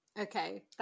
Okay